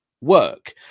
work